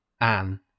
Anne